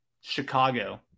Chicago